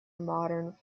modern